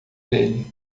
dele